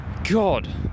God